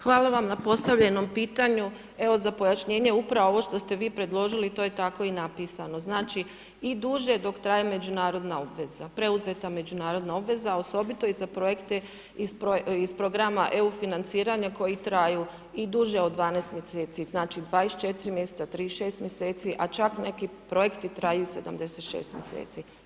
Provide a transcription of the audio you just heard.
Hvala vam na postavljenom pitanju, evo za pojašnjenje upravo ovo što ste vi predložili to je tako i napisano, znači i duže dok traje međunarodna obveza, preuzeta međunarodna obveza osobito i za projekte iz programa EU financiranja, koji traju i duže od 12 mjeseci, znači 24 mjeseca, 36 mjeseci, a čak neki projekti traju i 76 mjeseci.